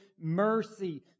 mercy